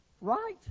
Right